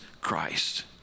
Christ